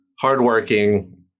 hardworking